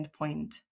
endpoint